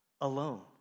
alone